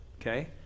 okay